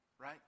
right